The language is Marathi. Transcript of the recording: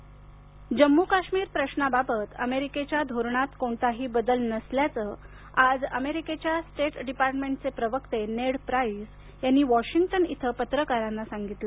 भारत अमेरिका जम्मूकाश्मीर प्रशाबाबत अमेरिकेच्या धोरणात कोणताही बदल नसल्याचं आज अमेरिकेच्या स्टेट डिपार्टमेंटचे प्रवक्ते नेड प्राइस यांनी वॉशिंग्टन इथं पत्रकारांना सांगितलं